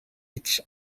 each